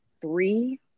three